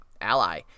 ally